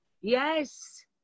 Yes